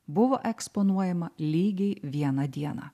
buvo eksponuojama lygiai vieną dieną